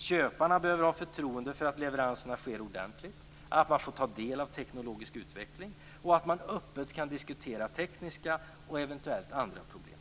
Köparna behöver ha förtroende för att leveranserna sker ordentligt, att man får ta del av teknologisk utveckling och att man öppet kan diskutera tekniska och eventuellt andra problem.